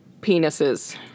penises